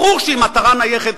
ברור שהיא מטרה נייחת,